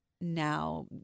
now